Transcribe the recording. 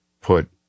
put